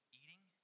eating